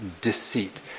deceit